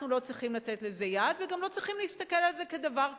אנחנו לא צריכים לתת לזה יד וגם לא צריכים להסתכל על זה כדבר קטן.